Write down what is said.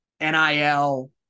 NIL